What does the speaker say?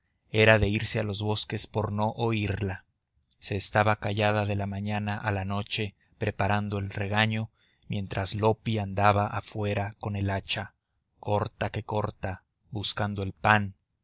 era de irse a los bosques por no oírla se estaba callada de la mañana a la noche preparando el regaño mientras loppi andaba afuera con el hacha corta que corta buscando el pan